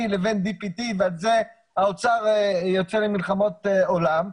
לבין DPT ועל זה האוצר יוצא למלחמות עולם.